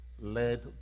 led